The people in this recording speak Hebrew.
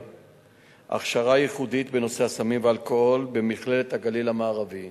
הכשרה ייחודית בנושא הסמים והאלכוהול במכללת הגליל המערבי